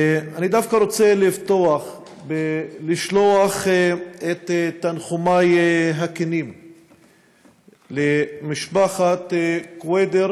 אני דווקא רוצה לפתוח בלשלוח את תנחומי הכנים למשפחת קוידר